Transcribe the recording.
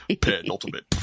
Penultimate